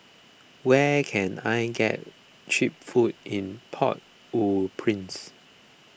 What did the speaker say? where can I get Cheap Food in Port Au Prince